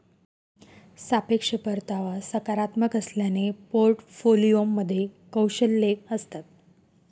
सापेक्ष परतावा सकारात्मक असल्याने पोर्टफोलिओमध्ये कौशल्ये असतात